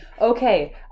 Okay